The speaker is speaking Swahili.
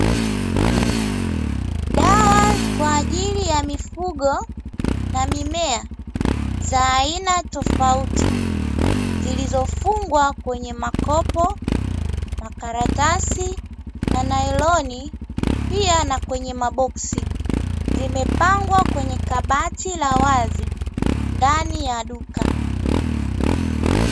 Dawa kwa ajili ya mifugo na mimea za aina tofauti, zilizofungwa kwenye makopo, makaratasi na nailoni, pia na kwenye maboksi, zimepangwa kwenye kabati la wazi ndani ya duka.